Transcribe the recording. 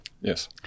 Yes